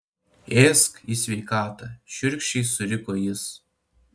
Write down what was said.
ėsk į sveikatą šiurkščiai suriko jis